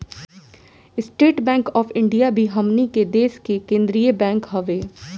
estate Bank of India भी हमनी के देश के केंद्रीय बैंक हवे